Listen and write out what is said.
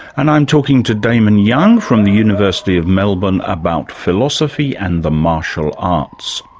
and i'm talking to damon young from the university of melbourne about philosophy and the martial arts.